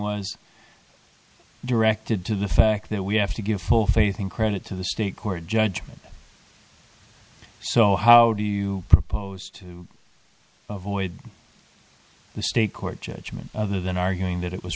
was directed to the fact that we have to give full faith and credit to the state court judge so how do you propose to avoid the state court judgment other than arguing that it was